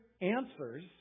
answers